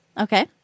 Okay